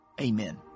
Amen